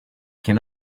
can